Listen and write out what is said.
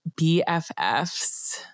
BFFs